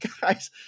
guys